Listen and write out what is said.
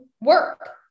work